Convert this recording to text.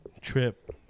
trip